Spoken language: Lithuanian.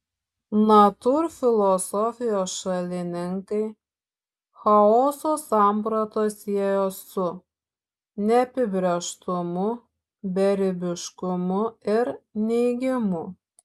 natūrfilosofijos šalininkai chaoso sampratą siejo su neapibrėžtumu beribiškumu ir neigimu